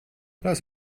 lass